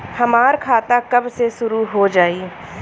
हमार खाता कब से शूरू हो जाई?